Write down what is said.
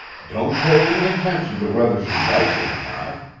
don't pay any attention to whether she likes it or not.